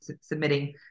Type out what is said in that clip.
submitting